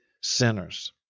sinners